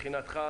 מבחינתך.